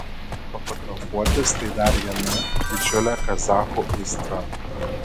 fotografuotis tai dar viena didžiulė kazachų aistra